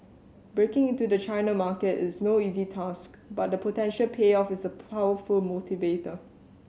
breaking into the China market is no easy task but the potential payoff is a powerful motivator